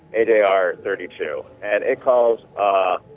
a d r thirty-two and a calls ah.